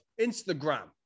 Instagram